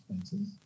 expenses